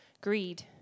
Greed